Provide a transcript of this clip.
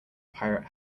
pirate